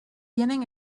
tienen